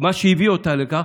מה שהביא אותה לכך,